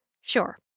Sure